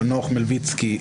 חנוך מלביצקי,